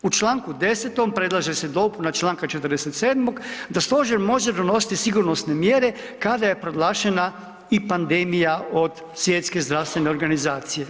U čl. 10. predlaže se dopuna čl. 47. da stožer može donositi sigurnosne mjere kada je proglašena i pandemija od Svjetske zdravstvene organizacije.